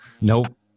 Nope